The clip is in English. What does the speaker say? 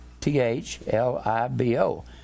t-h-l-i-b-o